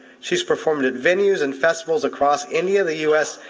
she's performed at venues and festivals across india, the us,